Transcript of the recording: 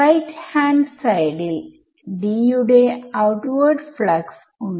RHS ൽ D യുടെ ഔട്ട്വേഡ് ഫ്ലക്സ്ഉണ്ട്